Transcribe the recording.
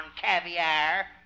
caviar